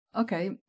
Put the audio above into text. Okay